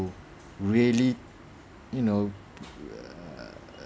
really you know err